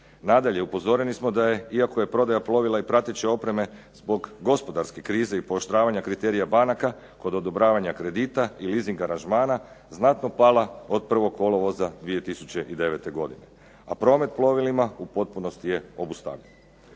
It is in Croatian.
Nadalje, upozoreni smo da iako je prodaja plovila i prateće opreme zbog gospodarske krize i pooštravanja kriterija banaka kod odobravanja kredita i lising aranžmana znatno pala od 1. kolovoza 2009. godine. A promet plovilima u potpunosti je obustavljen.